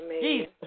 Jesus